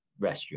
restroom